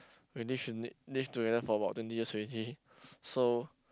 we live in live together for about twenty years already so